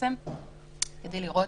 כדי לפעול